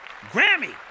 Grammy